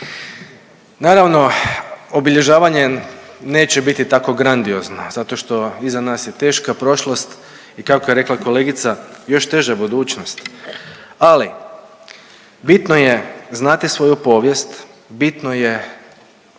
Naravno obilježavanje neće biti tako grandiozno zato što iza nas je teška prošlost i kako je rekla kolegica još teža budućnost, ali bitno je znati svoju povijest, bitno je